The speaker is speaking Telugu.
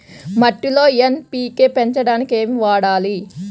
మట్టిలో ఎన్.పీ.కే పెంచడానికి ఏమి వాడాలి?